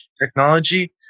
technology